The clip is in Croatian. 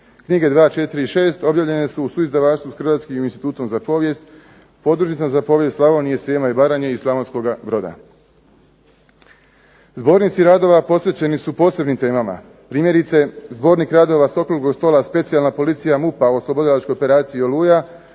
Knjige 2, 4 i 6. objavljene su u suizdavaštvu Hrvatskim institutom za povijest, … za povijest Slavonije, Srijema i Baranje i Slavonskoga Broda. Zbornici radova posvećeni su posebnim temama, primjerice Zbornik radova s Okruglog stola Specijalna policija MUP-a, oslobodilačkoj operaciji Oluja